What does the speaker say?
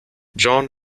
john